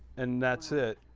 and that's it!